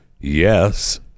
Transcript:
Yes